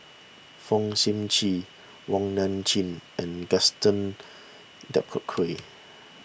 Fong Sip Chee Wong Nai Chin and Gaston Dutronquoy